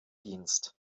dienst